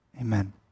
amen